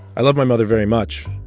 i loved my mother very much.